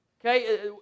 Okay